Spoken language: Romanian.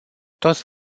toți